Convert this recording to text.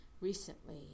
recently